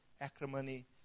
acrimony